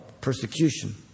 persecution